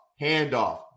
handoff